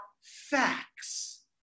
facts